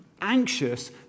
anxious